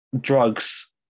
drugs